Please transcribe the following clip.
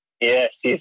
Yes